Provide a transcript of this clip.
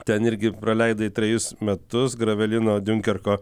ten irgi praleidai trejus metus gravelino diunkerko